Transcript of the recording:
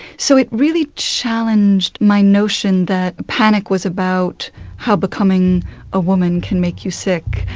so it really challenged my notion that panic was about how becoming a woman can make you sick.